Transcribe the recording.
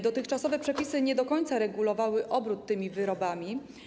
Dotychczasowe przepisy nie do końca regulowały obrót tymi wyrobami.